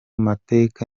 mateka